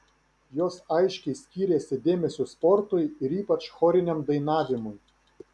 jos aiškiai skyrėsi dėmesiu sportui ir ypač choriniam dainavimui